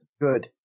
Good